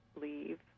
leave